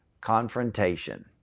confrontation